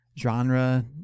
Genre